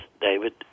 David